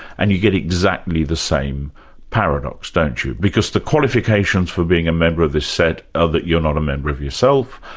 and you get exactly the same paradox, don't you, because the qualifications for being a member of the set are that you're not a member of yourself,